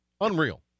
Unreal